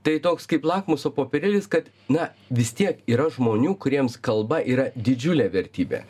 tai toks kaip lakmuso popierėlis kad na vis tiek yra žmonių kuriems kalba yra didžiulė vertybė